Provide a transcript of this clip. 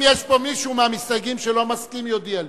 אם יש פה מישהו מהמסתייגים שלא מסכים, יודיע לי.